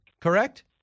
correct